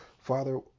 Father